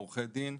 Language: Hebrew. עורכי דין,